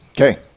Okay